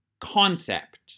concept